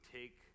take